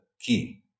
key